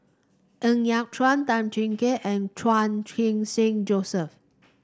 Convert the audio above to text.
Ng Yat Chuan Tan Jiak Kim and Chan Khun Sing Joseph